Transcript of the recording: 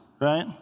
right